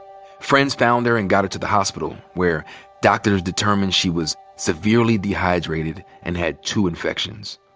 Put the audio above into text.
friends found her and got her to the hospital where doctors determined she was severely dehydrated and had two infections.